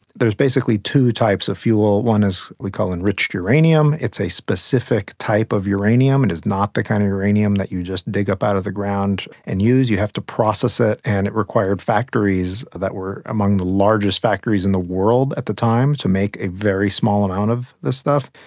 there's basically two types of fuel. one is called enriched uranium, it's a specific type of uranium, it and is not the kind of uranium that you just dig up out of the ground and use, you have to process it, and it required factories that were among the largest factories in the world at the time to make a very small amount of this stuff.